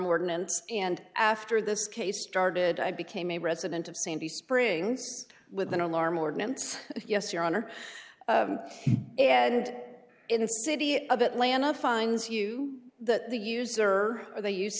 ordinance and after this case started i became a resident of sandy springs with an alarm ordinance yes your honor and it in the city of atlanta finds you that the user they use